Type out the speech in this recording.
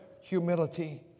Humility